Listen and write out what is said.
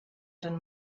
eran